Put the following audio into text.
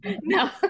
No